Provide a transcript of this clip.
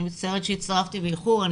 אני מצטערת שהצטרפתי באיחור.